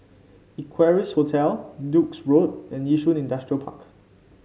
Equarius Hotel Duke's Road and Yishun Industrial Park